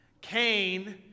Cain